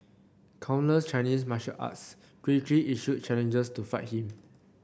countless Chinese martial artists quickly issued challenges to fight him